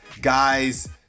guys